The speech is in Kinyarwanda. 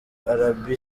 arabie